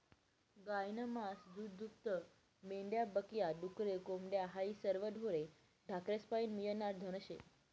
गायनं मास, दूधदूभतं, मेंढ्या बक या, डुकरे, कोंबड्या हायी सरवं ढोरे ढाकरेस्पाईन मियनारं धन शे